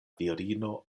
virino